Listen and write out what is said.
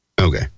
Okay